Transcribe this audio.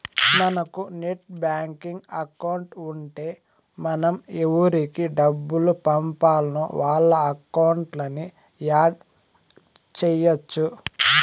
మనకు net banking account ఉంటే మనం ఎవురికి డబ్బులు పంపాల్నో వాళ్ళ అకౌంట్లని యాడ్ చెయ్యచ్చు